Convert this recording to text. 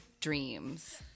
dreams